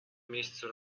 месяца